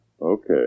Okay